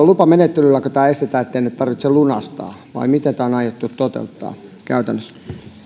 lupamenettelylläkö tämä estetään ettei niitä tarvitse lunastaa vai miten tämä on aiottu toteuttaa käytännössä